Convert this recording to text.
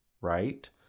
right